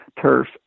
turf